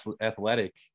athletic